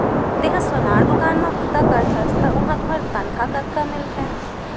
तेंहा सोनार दुकान म बूता करथस त उहां तुंहर तनखा कतका मिलथे?